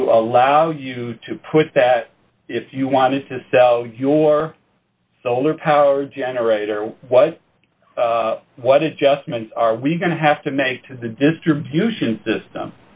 to allow you to put that if you wanted to sell your solar powered generator was what adjustments are we going to have to make to the distribution system